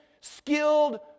skilled